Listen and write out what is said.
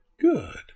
good